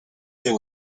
there